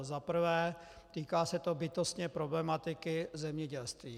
Za prvé, týká se to bytostně problematiky zemědělství.